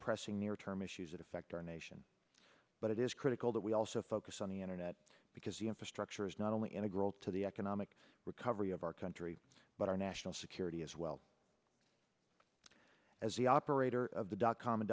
pressing near term issues that affect our nation but it is critical that we also focus on the internet because the infrastructure is not only integral to the economic recovery of our country but our national security as well as the operator of the dot com a